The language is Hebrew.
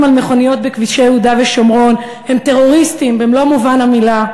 על מכוניות בכבישי יהודה ושומרון הם טרוריסטים במלוא מובן המילה,